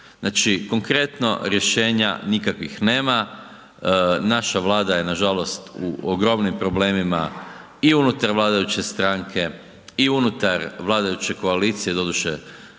Znači, konkretno, rješenja nikakvih nema, naša Vlada je nažalost u ogromnim problemima i unutar vladajuće stranke i unutar vladajuće koalicije, doduše,